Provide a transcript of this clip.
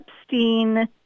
Epstein